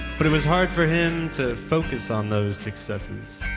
but it was hard for him to focus on those successes.